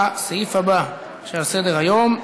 לסעיף הבא שעל סדר-היום: